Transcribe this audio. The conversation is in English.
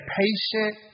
patient